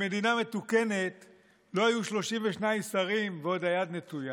במדינה מתוקנת לא היו 32 שרים, ועוד היד נטויה.